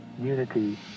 unity